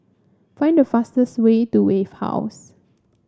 find the fastest way to Wave House